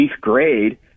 grade